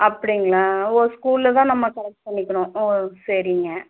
அப்படிங்களா ஓஹ் ஸ்கூலில் தான் நம்ம கலெக்ட் பண்ணிக்கணும் ஓஹ் சரிங்க